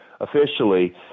officially